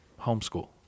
homeschool